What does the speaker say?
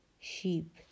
sheep